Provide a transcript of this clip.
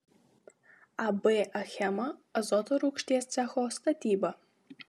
ab achema azoto rūgšties cecho statyba